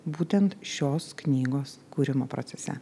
būtent šios knygos kūrimo procese